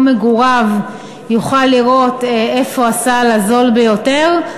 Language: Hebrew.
מגוריו יוכל לראות איפה הסל הזול ביותר,